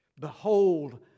Behold